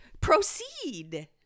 proceed